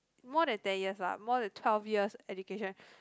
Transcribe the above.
more than ten years lah more than twelve years education